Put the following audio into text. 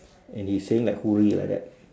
and he's saying like hooray like that